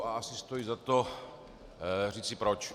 A asi stojí za to říci proč.